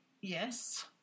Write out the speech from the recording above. yes